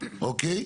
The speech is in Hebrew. אוקיי?